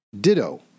Ditto